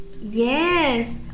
Yes